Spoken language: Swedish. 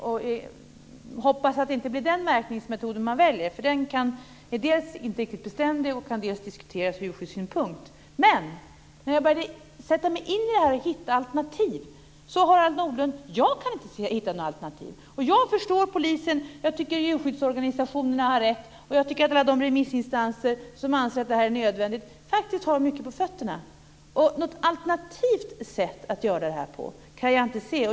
Jag hoppas att det inte blir den märkningsmetod man väljer, för den är inte riktigt beständig och kan diskuteras ur djurskyddssynpunkt. Jag försökte sätta mig in i frågan och hitta alternativ. Jag kan inte hitta några alternativ, Harald Nordlund. Jag förstår polisen. Jag tycker djurskyddsorganisationerna har rätt. Jag tycker att de remissinstanser som anser att detta är nödvändigt faktiskt har mycket på fötterna. Något alternativt sätt att göra detta på kan jag inte se.